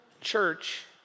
church